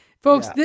Folks